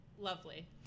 Lovely